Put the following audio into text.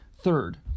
Third